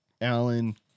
Allen